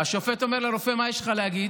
והשופט אומר לרופא: מה יש לך להגיד?